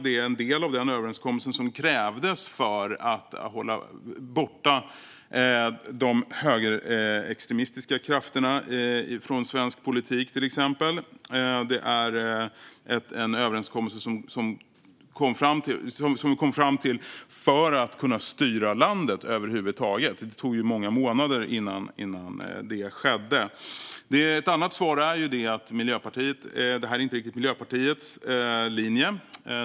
Detta är en del av den överenskommelse som krävdes för att till exempel hålla de högerextremistiska krafterna borta från svensk politik. Denna överenskommelse kom till för att landet över huvud taget skulle kunna styras. Det tog ju många månader innan det skedde. Ett annat svar är att det här inte är Miljöpartiets linje.